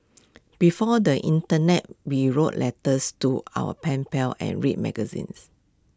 before the Internet we wrote letters to our pen pals and read magazines